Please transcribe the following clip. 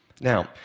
Now